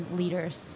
leaders